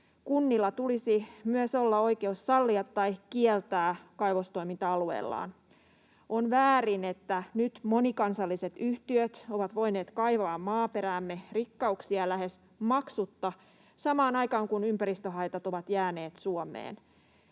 Kunnilla tulisi myös olla oikeus sallia tai kieltää kaivostoiminta alueellaan. On väärin, että nyt monikansalliset yhtiöt ovat voineet kaivaa maaperämme rikkauksia lähes maksutta samaan aikaan, kun ympäristöhaitat ovat jääneet Suomeen.